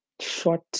short